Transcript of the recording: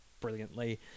brilliantly